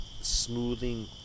smoothing